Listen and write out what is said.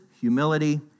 humility